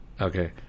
Okay